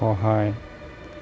সহায়